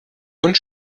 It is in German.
und